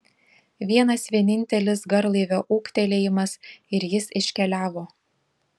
vienas vienintelis garlaivio ūktelėjimas ir jis iškeliavo